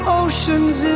oceans